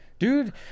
Dude